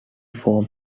form